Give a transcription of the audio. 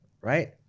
Right